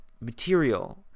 material